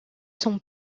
son